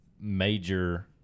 major